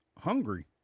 hungry